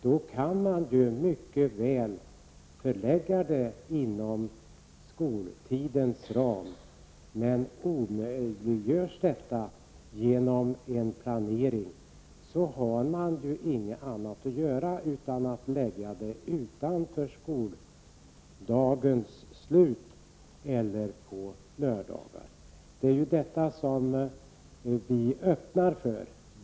Då kan man mycket väl förlägga hemspråksundervisningen inom ramen för skoltiden. Men om detta omöjliggörs genom planering har man inget annat att göra än att lägga hemspråksundervisningen efter skoldagens slut eller på lördagar. Det är detta som vi är öppna för.